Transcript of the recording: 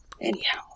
Anyhow